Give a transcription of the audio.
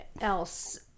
else